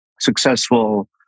successful